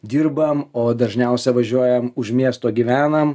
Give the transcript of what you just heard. dirbam o dažniausia važiuojam už miesto gyvenam